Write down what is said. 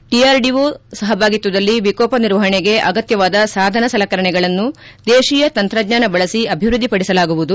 DRDO ಸಹಭಾಗಿತ್ವದಲ್ಲಿ ವಿಕೋಪ ನಿರ್ವಹಣೆಗೆ ಅಗತ್ಯವಾದ ಸಾಧನ ಸಲಕರಣೆಗಳನ್ನು ದೇಶೀಯ ತಂತ್ರಜ್ಞಾನ ಬಳಸಿ ಅಭಿವೃದ್ಧಿಪಡಿಸಲಾಗುವುದು